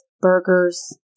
burgers